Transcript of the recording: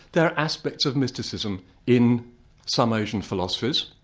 there are aspects of mysticism in some asian philosophies,